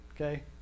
okay